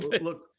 look